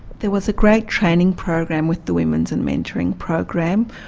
there was a great training program with the women and mentoring program,